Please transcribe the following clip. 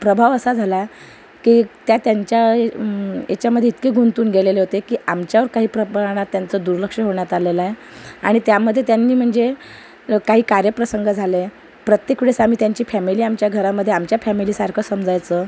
प्रभाव असा झाला की त्या त्यांच्या ए याच्यामध्ये इतके गुंतून गेलेले होते की आमच्यावर काही प्रमाणात त्यांचं दुर्लक्ष होण्यात आलेलंआहे आणि त्यामध्ये त्यांनी म्हणजे काही कार्यप्रसंग झाले प्रत्येक वेळेस आम्ही त्यांची फॅमिली आमच्या घरामध्ये आमच्या फॅमिलीसारखं समजायचं